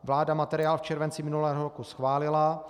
Vláda materiál v červenci minulého roku schválila.